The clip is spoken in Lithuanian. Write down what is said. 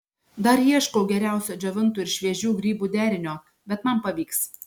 dar ieškau geriausio džiovintų ir šviežių grybų derinio bet man pavyks